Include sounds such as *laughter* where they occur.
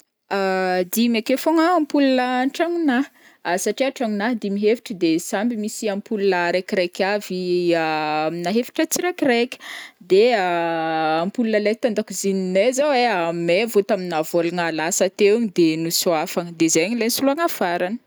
*hesitation* dimy akeo fogna ampoule antragnonahy, satria tragnonahy dimy efitry de samby misy ampoule araikiraiky avy *hesitation* amina efitra tsiraikiraiky, de *hesitation* ampoule leha t'andakozininay zao ai may vao tamina volagna lasa teo igny de nosoafagna de zaigny leha nisoloagna farany.